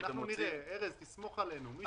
אנחנו נראה, תסמוך עלינו.